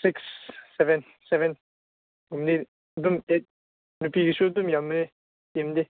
six ꯁꯕꯦꯟ ꯁꯕꯦꯟ ꯒꯨꯝꯕꯗꯤ ꯑꯗꯨꯝ ꯅꯨꯄꯤꯒꯤꯁꯨ ꯑꯗꯨꯝ ꯌꯥꯝꯃꯦ ꯇꯤꯝꯗꯤ